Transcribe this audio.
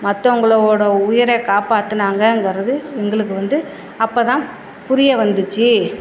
மற்றவங்களோட உயிரை காப்பாற்றுனாங்கங்கறது எங்களுக்கு வந்து அப்போதான் புரிய வந்துச்சு